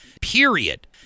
period